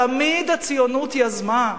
תמיד הציונות יזמה.